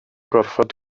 gorfod